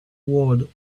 ward